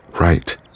Right